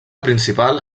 principal